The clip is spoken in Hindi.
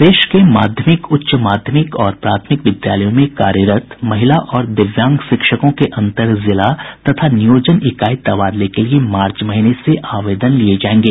प्रदेश के माध्यमिक उच्च माध्यमिक और प्राथमिक विद्यालयों में कार्यरत महिला और दिव्यांग शिक्षकों के अंतर जिला तथा नियोजन इकाई तबादले के लिए मार्च महीने से आवेदन लिये जायेंगे